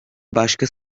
başka